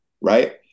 right